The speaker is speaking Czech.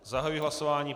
Zahajuji hlasování.